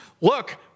Look